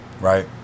right